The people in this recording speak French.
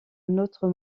notre